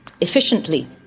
efficiently